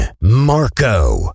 Marco